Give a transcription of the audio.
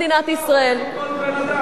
במדינת ישראל אבל הוא מוזמן לחקירה כמו כל בן-אדם,